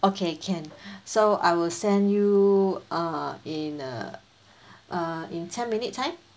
okay can so I will send you uh in uh uh in ten minutes' time